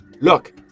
Look